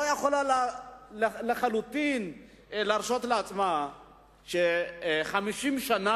לא יכולה לחלוטין להרשות לעצמה ש-50 שנה